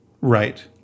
right